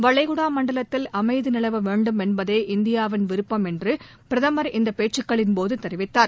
வளைகுடா மண்டலத்தில் அமைதி நிலவ வேண்டும் என்பதே இந்தியாவின் விருப்பம் என்று பிரதமர் இந்த பேச்சுக்களின்போது தெரிவித்தார்